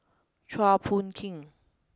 Chua Phung Kim